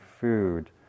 food